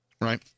Right